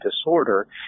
disorder